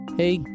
hey